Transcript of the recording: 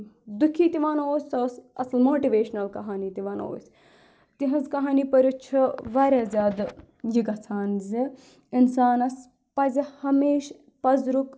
دُکھی تہِ ونو أسۍ سۄ اوس اَصٕل ماٹِویشنَل کَہانی تہِ وَنو أسۍ تِہٕنٛز کہانی پٔرِتھ چھِ واریاہ زیادٕ یہِ گژھان زِ اِنسانَس پَزِ ہمیشہٕ پَزرُک